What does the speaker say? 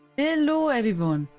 hello everyone,